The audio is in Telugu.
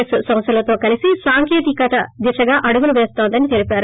ఏస్ సంస్థలతో కలిసి సాంకేతికత దిశగా అడుగులు పేస్తోందని తెలిపారు